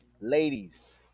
ladies